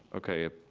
okay,